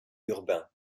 urbain